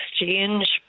Exchange